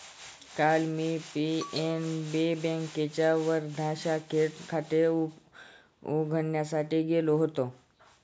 काल मी पी.एन.बी बँकेच्या वर्धा शाखेत खाते उघडण्यास गेलो होतो